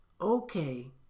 Okay